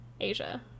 Asia